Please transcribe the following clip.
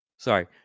Sorry